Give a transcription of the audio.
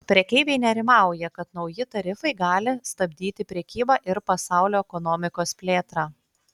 prekeiviai nerimauja kad nauji tarifai gali stabdyti prekybą ir pasaulio ekonomikos plėtrą